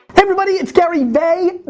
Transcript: everybody. it's gary vay-ner-chuk.